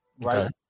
Right